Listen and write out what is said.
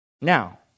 Now